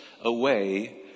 away